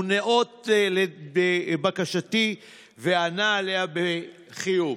הוא ניאות לבקשתי וענה עליה בחיוב.